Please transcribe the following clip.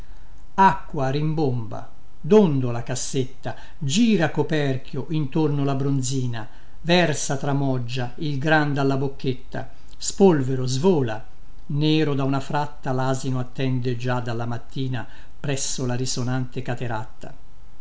acqua rimbomba dondola cassetta gira coperchio intorno la bronzina versa tramoggia il gran dalla bocchetta spolvero svola nero da una fratta lasino attende già dalla mattina presso la risonante cateratta